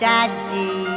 Daddy